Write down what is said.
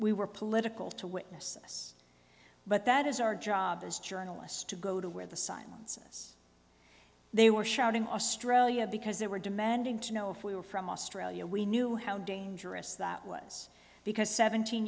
we were political to witness but that is our job as journalists to go to where the signs us they were shouting australia because they were demanding to know if we were from australia we knew how dangerous that was because seventeen